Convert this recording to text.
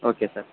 okay sir